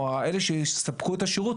או אלה שיספקו את השירות,